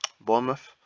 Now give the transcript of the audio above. Bournemouth